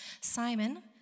Simon